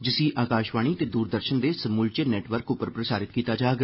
जिसी आकाषवाणी ते दूरदर्षन दे समूलचे नेटवर्क पर प्रसारित कीता जाग